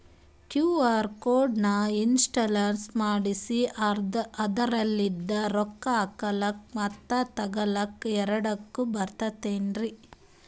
QR code ನ ಇನ್ಸ್ಟಾಲ ಮಾಡೆಸಿ ಅದರ್ಲಿಂದ ರೊಕ್ಕ ಹಾಕ್ಲಕ್ಕ ಮತ್ತ ತಗಿಲಕ ಎರಡುಕ್ಕು ಬರ್ತದಲ್ರಿ?